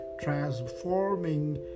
transforming